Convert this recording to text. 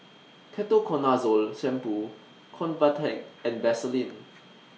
Ketoconazole Shampoo Convatec and Vaselin